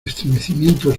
estremecimientos